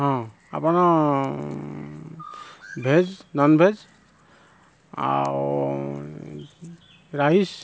ହଁ ଆପଣ veg non veg ଆଉ ରାଇସ୍